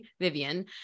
Vivian